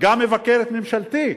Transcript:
גם מבקר את ממשלתי,